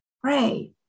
pray